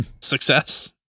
success